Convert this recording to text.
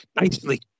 nicely